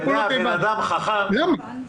למה?